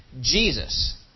Jesus